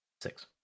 Six